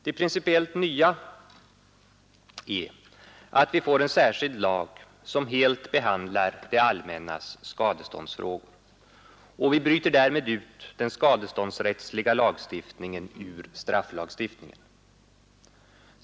Det principiellt nya är att vi får en särskild lag som helt behandlar det allmännas skadeståndsfrågor. Vi bryter därmed ut den skadeståndsrättsliga lagstiftningen ur strafflagstiftningen.